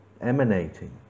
emanating